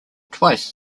twice